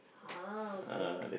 ah okay